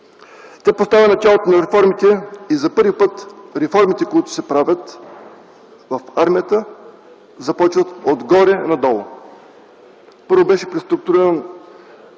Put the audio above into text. Тя поставя началото на реформите. За първи път реформите, които се правят в армията, започват отгоре надолу. Първо, беше преструктурирано